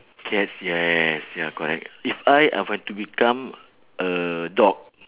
cats yes ya correct if I I want to become a dog